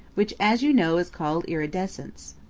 which, as you know, is called iridescence.